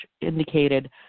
indicated